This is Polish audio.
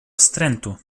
wstrętu